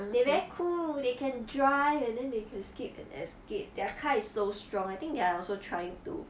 they very cool they can drive and then they can skip and escaped their car is so strong I think they are also trying to